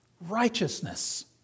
righteousness